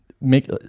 make